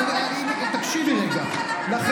תקשיבי רגע.